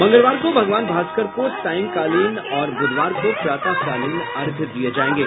मंगलवार को भगवान भास्कर को सांयकालीन और बुधवार को प्रातःकालीन अर्घ्य दिये जायेंगे